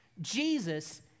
Jesus